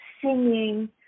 singing